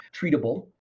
treatable